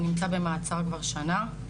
הוא נמצא במעצר כבר שנה.